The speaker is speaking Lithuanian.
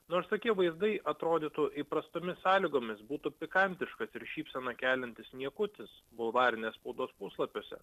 nors tokie vaizdai atrodytų įprastomis sąlygomis būtų pikantiškas ir šypseną keliantis niekutis bulvarinės spaudos puslapiuose